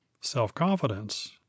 self-confidence